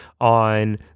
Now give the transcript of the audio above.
on